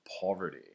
poverty